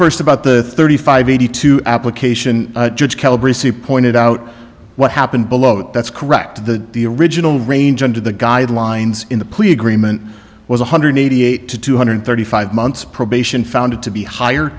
first about the thirty five eighty two application brissie pointed out what happened below that's correct the the original range under the guidelines in the plea agreement was one hundred eighty eight to two hundred thirty five months probation found to be higher